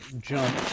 jump